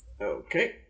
Okay